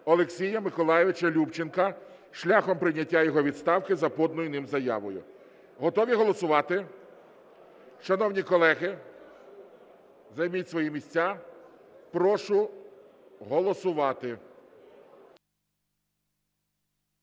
Олексія Миколайовича Любченка шляхом прийняття його відставки за поданою ним заявою. Готові голосувати? Шановні колеги, займіть свої місця. Прошу голосувати.